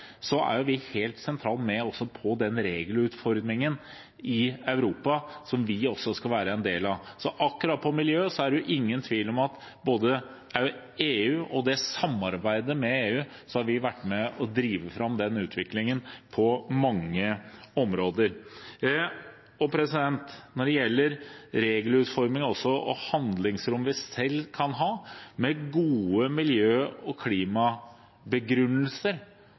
er vi helt sentralt med på regelutformingen i Europa, som vi også skal være en del av. Så akkurat på miljø er det ingen tvil om at vi i samarbeidet med EU har vært med på å drive fram utviklingen på mange områder. Og når det gjelder regelutformingen og handlingsrom vi selv kan ha, med gode miljø- og klimabegrunnelser,